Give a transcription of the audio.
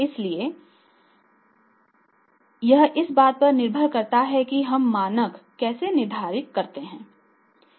इसलिए यह इस बात पर निर्भर करता है कि हम मानक कैसे निर्धारित करते हैं